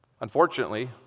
Unfortunately